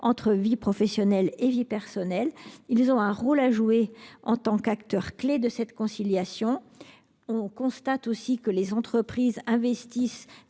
entre vie professionnelle et vie personnelle. Ils ont un rôle à jouer en tant qu'acteurs clés de cette conciliation. On constate aussi que les entreprises investissent